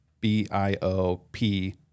B-I-O-P